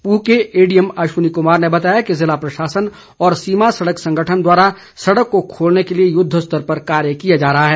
पूह के एसडीएम अश्वनी क्मार ने बताया कि जिला प्रशासन और सीमा सड़क संगठन द्वारा सड़क को खोलने के लिए युद्ध स्तर पर कार्य किया जा रहा है